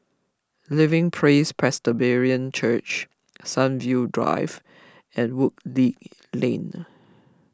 Living Praise Presbyterian Church Sunview Drive and Woodleigh Link